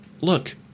look